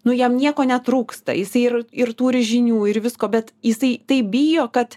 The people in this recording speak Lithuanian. nu jam nieko netrūksta jisai ir ir turi žinių ir visko bet jisai taip bijo kad